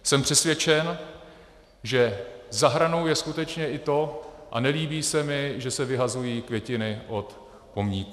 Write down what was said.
Jsem přesvědčen, že za hranou je skutečně i to, a nelíbí se mi, že se vyhazují květiny od pomníku.